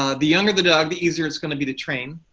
um the younger the dog, the easier it's going to be to train.